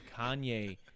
Kanye